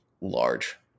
large